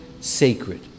sacred